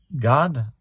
God